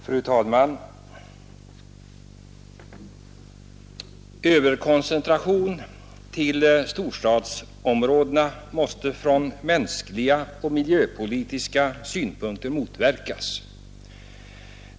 Fru talman! Överkoncentration till storstadsområdena måste från mänskliga och miljömässiga synpunkter motverkas.